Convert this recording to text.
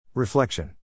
Reflection